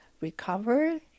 recover